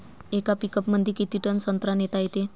येका पिकअपमंदी किती टन संत्रा नेता येते?